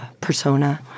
persona